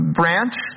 branch